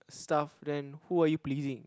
stuff then who are you pleasing